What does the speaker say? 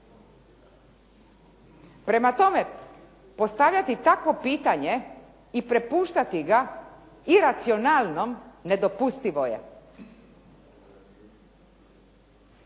Prema tome, postavljati takvo pitanje i prepuštati ga iracionalnom nedopustivo je.